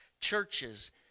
churches